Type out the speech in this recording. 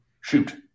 shoot